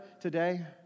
today